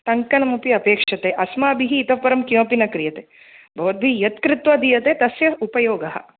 टङ्कनमपि अपेक्षते अस्माभिः इतः परं किमपि न क्रियते भवद्भिः यत् कृत्वा दीयते तस्य उपयोगः